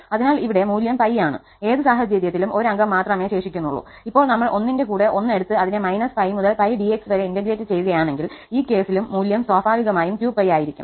അതിനാൽ ഇവിടെ മൂല്യം 𝜋 ആണ് ഏത് സാഹചര്യത്തിലും 1 അംഗം മാത്രമേ ശേഷിക്കുന്നുള്ളൂഇപ്പോൾ നമ്മൾ 1 ന്റെ കൂടെ ഒന്ന് എടുത്ത് അതിനെ 𝜋 മുതൽ 𝜋 𝑑𝑥 വരെ ഇന്റഗ്രേറ്റ് ചെയ്യുകയാണെങ്കിൽ ഈ കേസിൽ മൂല്യം സ്വാഭാവികമായും 2𝜋 ആയിരിക്കും